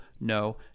no